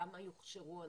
כמה יוכשרו,